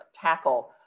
tackle